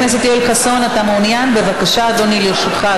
זה חוצה מגדרים,